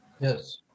Yes